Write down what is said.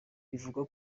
bivugwa